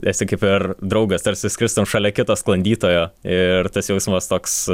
esi per draugas tarsi skristum šalia kito sklandytojo ir tas jausmas toks